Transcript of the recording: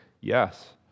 yes